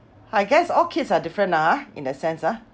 I guess all kids are different a'ah in that sense ah